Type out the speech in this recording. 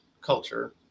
culture